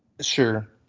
Sure